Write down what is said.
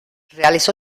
realizó